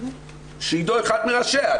שעידו אחד מראשיה,